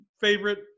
favorite